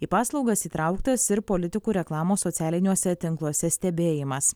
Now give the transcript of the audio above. į paslaugas įtrauktas ir politikų reklamos socialiniuose tinkluose stebėjimas